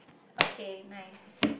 okay nice